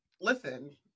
Listen